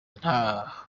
nta